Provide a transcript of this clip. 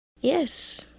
Yes